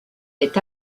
est